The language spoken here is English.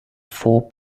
four